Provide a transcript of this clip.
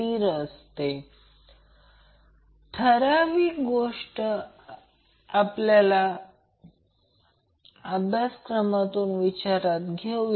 तरAC सर्किटसाठी हे maximum power transfer theorem आहे